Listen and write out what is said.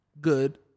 good